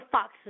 Fox